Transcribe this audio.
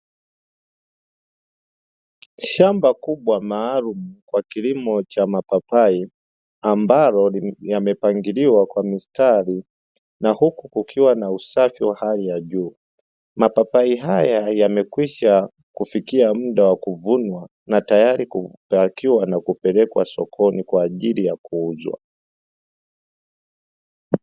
Shamba kubwa maalumu kwa kilimo cha mapapai, ambalo yamepangiliwa kwa misitari na huku kukiwa na usafi wa hali ya juu. Mapapai haya yamekwisha kufikia muda wa kuvunwa na tayari kupakiwa na kupelekwa sokoni kwa ajili ya kuuzwa.